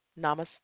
Namaste